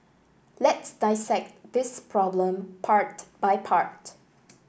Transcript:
let's dissect this problem part by part